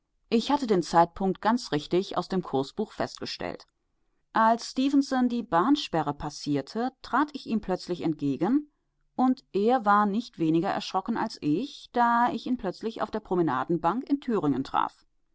ich hatte den zeitpunkt ganz richtig aus dem kursbuch festgestellt als stefenson die bahnsperre passierte trat ich ihm plötzlich entgegen und er war nicht weniger erschrocken als ich da ich ihn plötzlich auf der promenadenbank in thüringen traf